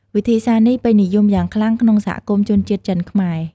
វិធីសាស្ត្រនេះពេញនិយមយ៉ាងខ្លាំងក្នុងសហគមន៍ជនជាតិចិន-ខ្មែរ។